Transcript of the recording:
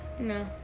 No